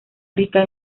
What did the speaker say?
rica